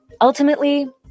Ultimately